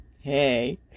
hey